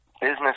business